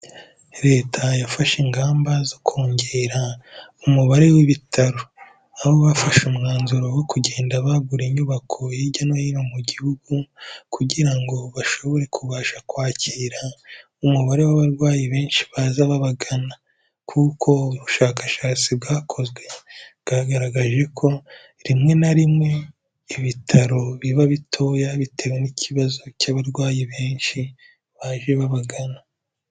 Leta yafashe ingamba zo kongera umubare w'ibitaro, aho bafashe umwanzuro wo kugenda bagura inyubako hirya no hino mu gihugu, kugira ngo bashobore kubasha kwakira umubare w'abarwayi benshi baza babagana, kuko ubushakashatsi bwakozwe, bwagaragaje ko rimwe na rimwe ibitaro biba bitoya bitewe n'ikibazo cy'abarwayi benshi baje babagana.